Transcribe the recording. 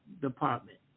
department